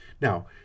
now